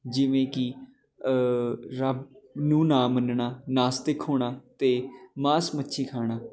ਜਿਵੇਂ ਕਿ ਰੱਬ ਨੂੰ ਨਾ ਮੰਨਣਾ ਨਾਸਤਿਕ ਹੋਣਾ ਅਤੇ ਮਾਸ ਮੱਛੀ ਖਾਣਾ